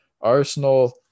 Arsenal